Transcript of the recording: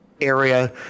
area